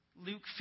Luke